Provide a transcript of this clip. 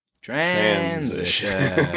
transition